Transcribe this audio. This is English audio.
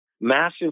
massive